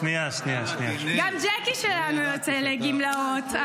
גם ג'קי שלנו יוצא לגמלאות.